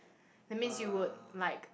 that means you would like